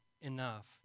enough